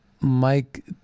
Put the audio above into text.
Mike